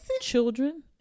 children